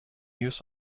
use